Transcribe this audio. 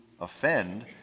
offend